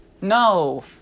No